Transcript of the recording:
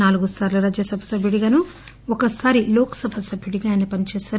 నాలుగు సార్లు రాజ్యసభ సభ్యుడిగాను ఒక సారి లోక్ సభ సభ్యుడిగాను పనిచేశారు